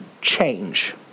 change